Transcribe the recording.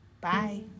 bye